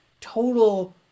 total